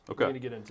Okay